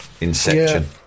Inception